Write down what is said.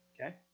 Okay